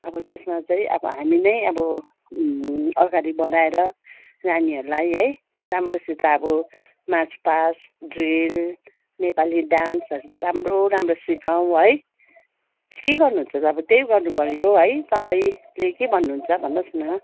अब त्यसमा चाहिँ अब हामी नै अब अघाडि बढाएर नानीहरूलाई है राम्रोसित अब मार्च पास्ट ड्रिल नेपाली डान्सहरू चाहिँ राम्रो राम्रो सिकाउँ है के गर्नु हुन्छ तपाईँ त्यही गर्नु पऱ्यो है तपाईँले के भन्नु हुन्छ भन्नु होस् न